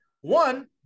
One